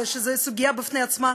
שזו סוגיה בפני עצמה.